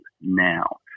now